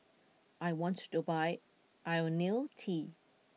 I want to buy Ionil T